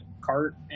cart